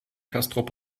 castrop